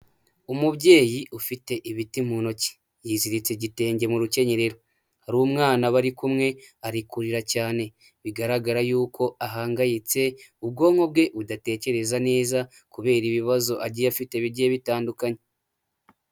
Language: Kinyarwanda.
Umubyeyi ufite ibiti mu ntoki yiziritse igitenge mu rukenyerero, hari umwana bari kumwe ari kurira cyane bigaragara yuko ahangayitse ubwonko bwe budatekereza neza kubera ibibazo agiye afite bigiye bitandukanye.